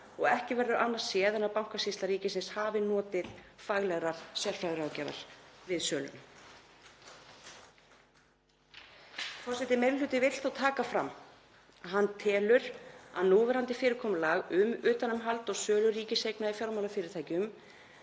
og ekki verður annað séð en að Bankasýsla ríkisins hafi notið faglegrar sérfræðiráðgjafar við söluna. Meiri hlutinn vill þó taka fram að hann telur að núverandi fyrirkomulag um utanumhald og sölu ríkiseigna í fjármálafyrirtækjum